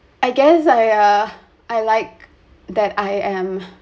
I guess I uh I like that I am